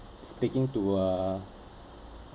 speaking to a